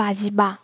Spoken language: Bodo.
बाजिबा